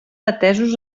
atesos